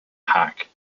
hack